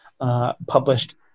published